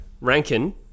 Rankin